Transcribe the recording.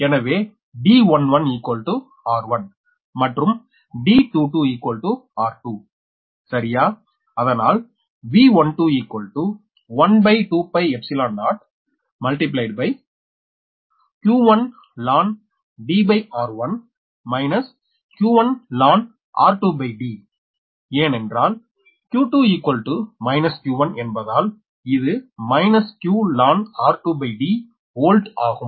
எனவே D11r1 மற்றும் D22 r2 சரியா அதனால் V12 120q1ln q1ln ஏனென்றால் 𝑞2 𝑞1 என்பதால் இது q1ln வோல்ட் ஆகும்